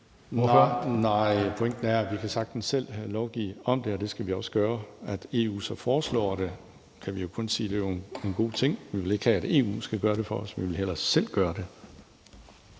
(DF): Nej, pointen er, at vi sagtens selv kan lovgive om det, og det skal vi også gøre. At EU så foreslår det, kan vi jo kun sige er en god ting. Vi vil ikke have, at EU skal gøre det for os, vi vil hellere selv gøre det.